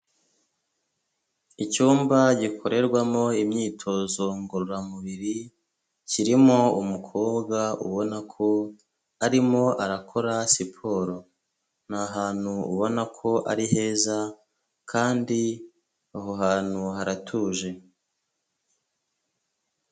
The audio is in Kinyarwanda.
Icyumba gikorerwamo imyitozo ngororamubiri kirimo umukobwa ubona ko arimo arakora siporo nahantu ubona ko ari heza kandi aho hantu haratuje.